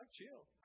chill